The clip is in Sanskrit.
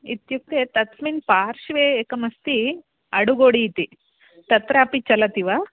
इत्युक्ते तस्मिन् पार्श्वे एकमस्ति अडुगोडि इति तत्रापि चलति वा